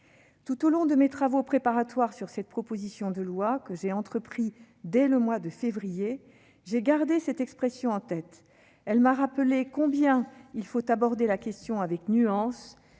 Tout au long de mes travaux préparatoires sur cette proposition de loi, que j'ai entrepris dès le mois de février, j'ai gardé cette expression en tête. Elle m'a rappelé combien il faut aborder la question avec nuance,